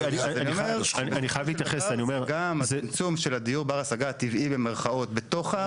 בסופו של דבר זה גם הצמצום של הדיור בר השגה "הטבעי" בתוך הערים,